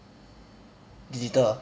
digital